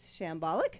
Shambolic